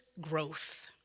growth